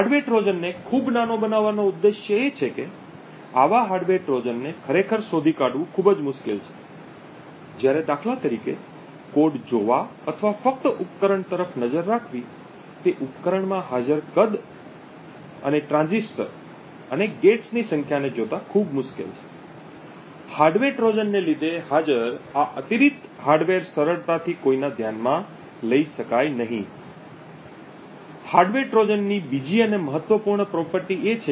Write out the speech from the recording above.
hardware ટ્રોજનની બીજી અને મહત્વપૂર્ણ property એ છે કે હાર્ડવેર ટ્રોજન મોટે ભાગે નિષ્ક્રિય હોય છે